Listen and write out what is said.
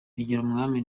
bigirumwami